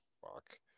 fuck